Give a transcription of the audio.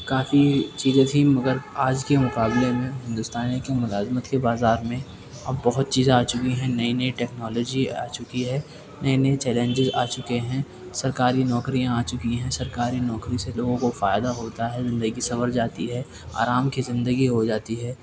کافی چیزیں تھیں مگر آج کے مقابلے میں ہندوستانی کی ملازمت کے بازار میں اب بہت چیزیں آ چکی ہیں نئی نئی ٹیکنالوجی آ چکی ہے نئے نئے چیلنجز آ چکے ہیں سرکاری نوکریاں آ چکی ہیں سرکاری نوکری سے لوگوں کو فائدہ ہوتا ہے زندگی سنور جاتی ہے آرام کی زندگی ہو جاتی ہے